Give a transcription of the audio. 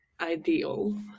ideal